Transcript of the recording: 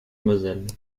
moselle